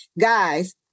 guys